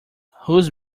whose